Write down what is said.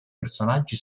personaggi